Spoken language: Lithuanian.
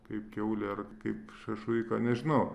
kaip kiaulę ar kaip šašlyką nežinau